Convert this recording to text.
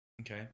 Okay